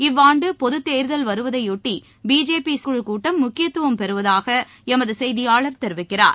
இவ்வாண்டு பொதுத்தேர்தல் வருவதையொட்டி பிஜேபி செயற்குழுக்கூட்டம் முக்கியத்துவம் பெறுவதாக எமது செய்தியாளர் தெரிவிக்கிறார்